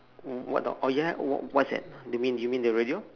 w~ what dog oh ya w~ what's that you mean you mean the radio